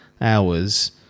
hours